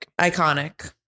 iconic